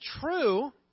true